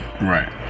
right